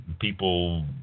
people